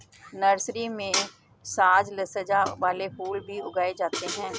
nursery में साज सज्जा वाले फूल भी उगाए जाते हैं